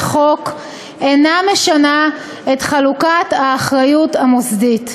חוק אינה משנה את חלוקת האחריות המוסדית.